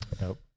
Nope